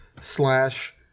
slash